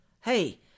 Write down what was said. Hey